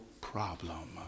problem